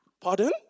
Pardon